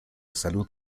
salud